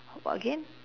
again